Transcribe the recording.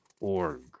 org